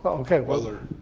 um okay. well,